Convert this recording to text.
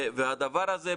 הדבר הזה,